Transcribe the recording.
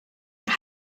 that